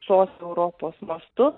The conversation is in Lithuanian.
sos europos mastu